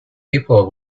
people